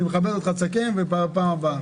אני מכבד אותך, תסכם, ובפעם הבאה.